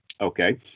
Okay